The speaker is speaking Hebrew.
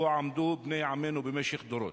בו עמדו בני עמנו במשך דורות".